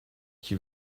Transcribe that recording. qui